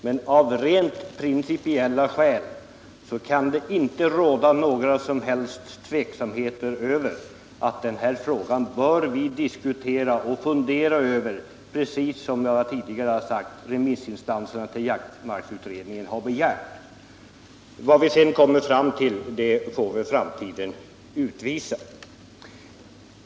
Men från rent principiella synpunkter kan det inte råda någon som helst tvekan om att denna fråga bör handläggas på det sätt som har begärts i remissvaren på jaktmarksutredningen. Vad vi sedan kommer fram till får framtiden utvisa.